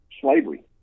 slavery